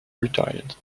retired